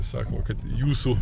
sakoma kad jūsų